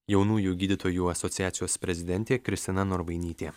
jaunųjų gydytojų asociacijos prezidentė kristina norvainytė